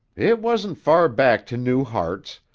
it wasn't far back to new hartz,